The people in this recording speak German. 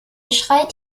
schreit